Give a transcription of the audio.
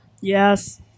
Yes